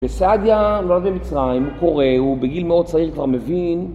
וסעדיה נולד במצרים, הוא קורא, הוא בגיל מאוד צעיר כבר מבין